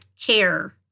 care